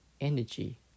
energy